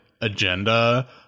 agenda